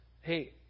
hey